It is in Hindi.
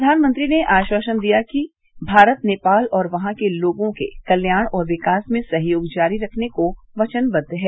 प्रधानमंत्री ने आश्वासन दिया कि भारत नेपाल और वहां के लोगों के कल्याण और विकास में सहयोग जारी रखने को वचनबद्द है